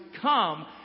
come